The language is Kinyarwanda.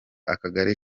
akagari